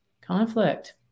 Conflict